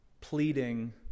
pleading